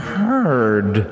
heard